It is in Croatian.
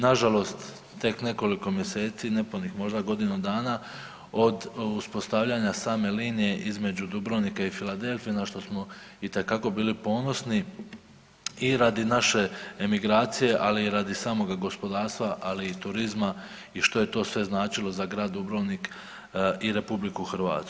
Nažalost tek nekoliko mjeseci, nepunih možda godinu dana od uspostavljanja same linije između Dubrovnika i Philadelphije na što smo itekako bili ponosni i radi naše emigracije, ali i radi samoga gospodarstva, ali i turizma i što je to sve značilo za grad Dubrovnik i RH.